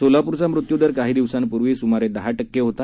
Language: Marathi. सोलापूरचा मृत्यूदर काही दिवसापूर्वी स्मारे दहा टक्के होता